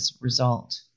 result